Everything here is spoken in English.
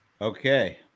okay